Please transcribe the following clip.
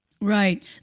Right